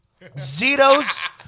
Zito's